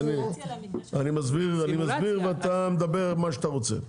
אני מסביר ואתה מדבר מה שאתה רוצה.